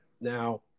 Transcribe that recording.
now